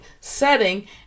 setting